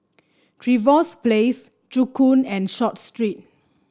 Trevose Place Joo Koon and Short Street